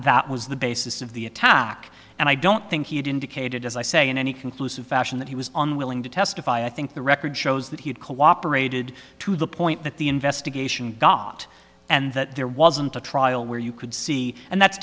that was the basis of the attack and i don't think he had indicated as i say in any conclusive fashion that he was unwilling to testify i think the record shows that he had cooperated to the point that the investigation got and that there wasn't a trial where you could see and that's